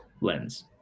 lens